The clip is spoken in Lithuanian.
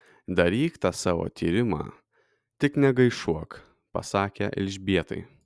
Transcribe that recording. daryk tą savo tyrimą tik negaišuok pasakė elžbietai